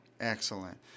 Excellent